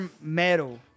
metal